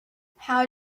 how